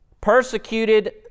persecuted